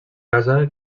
casa